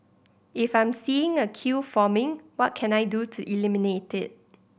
if I'm seeing a queue forming what can I do to eliminate it